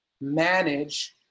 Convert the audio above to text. manage